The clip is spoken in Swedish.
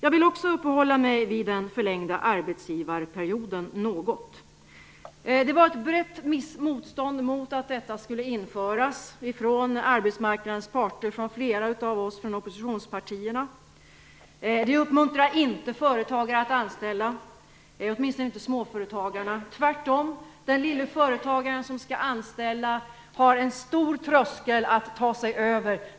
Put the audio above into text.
Jag vill också uppehålla mig något vid den förlängda arbetsperioden. Det var ett brett motstånd från arbetsmarknadens parter och från flera av oss från oppositionspartierna mot införandet av de förlängda arbetsperioden. Detta uppmuntrar inte företagare att anställa, åtminstone inte småföretagarna, tvärtom. Företagaren i det lilla företaget som skall anställa har en stor tröskel att ta sig över.